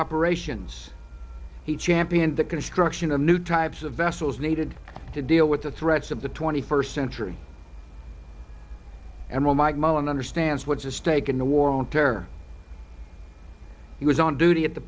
operations he championed the construction of new types of vessels needed to deal with the threats of the twenty first century and while mike mullen understands what's at stake in the war on terror he was on duty at the